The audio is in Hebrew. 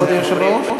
כבוד היושב-ראש?